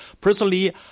personally